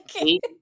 eight